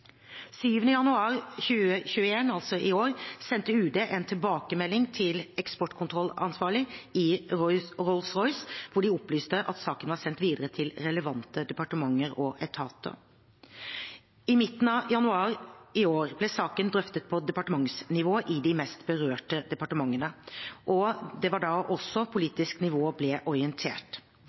i år sendte UD en tilbakemelding til eksportkontrollansvarlig i Rolls-Royce, der de opplyste at saken var sendt videre til relevante departementer og etater. I midten av januar i år ble saken drøftet på departementsrådsnivå i de mest berørte departementene, og det var da også politisk nivå ble orientert.